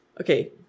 Okay